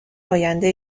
آینده